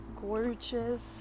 gorgeous